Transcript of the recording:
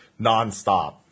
nonstop